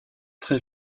très